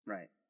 Right